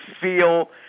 feel